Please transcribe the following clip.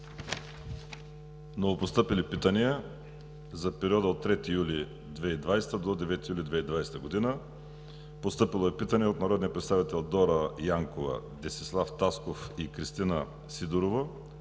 Новопостъпили питания за периода от 3 до 9 юли 2020 г. Постъпило е питане от народния представител Дора Янкова, Десислав Тасков и Кристина Сидорова